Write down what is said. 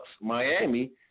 Miami